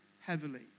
heavily